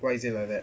why is it like that